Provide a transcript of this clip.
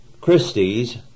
Christie's